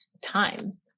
time